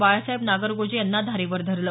बाळासाहेब नागरगोजे यांना धारेवर धरलं